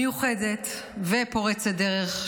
מיוחדת ופורצת דרך,